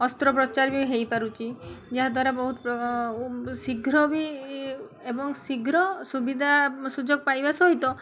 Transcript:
ଅସ୍ତ୍ରୋପଚାର ବି ହେଇପାରୁଛି ଯାହାଦ୍ୱାରା ବହୁତ ଶୀଘ୍ର ବି ଏବଂ ଶୀଘ୍ର ସୁବିଧା ସୁଯୋଗ ପାଇବା ସହିତ